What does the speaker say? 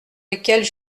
lesquelles